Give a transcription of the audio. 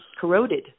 corroded